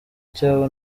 cy’abo